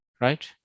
right